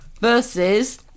Versus